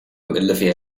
olivia